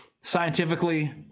scientifically